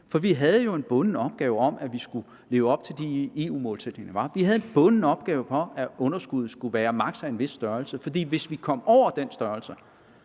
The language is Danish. For vi havde jo en bunden opgave med, at vi skulle leve op til de EU-målsætninger, der var. Vi havde en bunden opgave med, at underskuddet skulle være maks. en vis størrelse, for hvis vi kom over den størrelse,